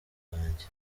bwanjye